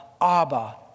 Abba